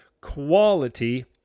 quality